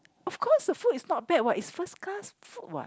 of course the food is not bad what is first class food what